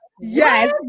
yes